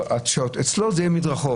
אצלו זה יהיה מדרחוב,